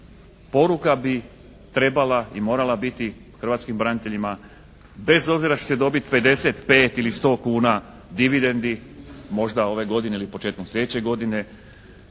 poruka bi trebala i morala biti hrvatskim braniteljima. Bez obzira što ćete dobiti 55 ili 100 kuna dividendi možda ove godine ili početkom sljedeće godine,